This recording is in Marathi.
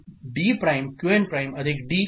Qn' D